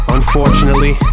Unfortunately